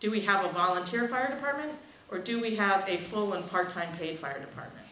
do we have a volunteer fire department or do we have a full and part time a fire department